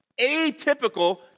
atypical